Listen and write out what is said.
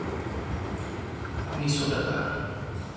ᱢᱤᱫ ᱥᱚ ᱴᱟᱠᱟ